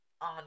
on